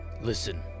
Listen